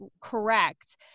correct